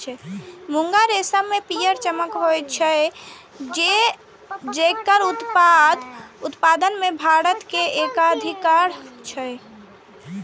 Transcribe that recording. मूंगा रेशम मे पीयर चमक होइ छै, जेकर उत्पादन मे भारत के एकाधिकार छै